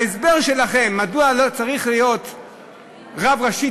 ההסבר שלכם מדוע צריך להיות רב ראשי,